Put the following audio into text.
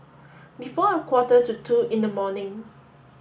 before a quarter to two in the morning